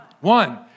one